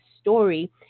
story